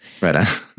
Right